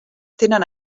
tenen